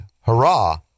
Hurrah